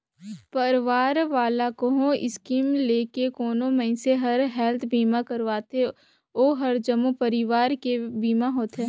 परवार वाला कहो स्कीम लेके कोनो मइनसे हर हेल्थ बीमा करवाथें ओ हर जम्मो परवार के बीमा होथे